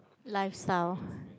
lifestyle